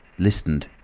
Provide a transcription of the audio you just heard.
listened,